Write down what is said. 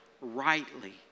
rightly